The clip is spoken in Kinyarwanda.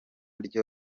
ryo